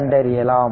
கண்டறியலாம்